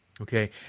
Okay